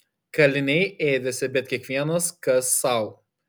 kaliniai ėdėsi bet kiekvienas kas sau